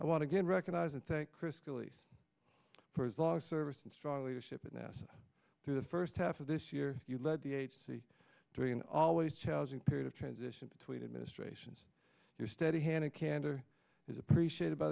i want to get recognized and think critically for is lot of service and strong leadership in nasa through the first half of this year you led the agency during always challenging period of transition between administrations your steady hand and candor is appreciate